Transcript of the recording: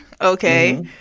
okay